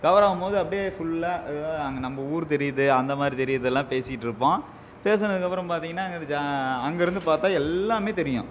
cover ஆகும் போது அப்படியே ஃபுல்லாக இதோ அங்கே நம்ம ஊர் தெரியுது அந்த மாதிரி தெரிகிறதெல்லாம் பேசிகிட்ருப்போம் பேசுனதுக்கப்புறம் பார்த்தீங்கன்னா அங்கிட்டு ஜா அங்கே இருந்து பார்த்தா எல்லாமே தெரியும்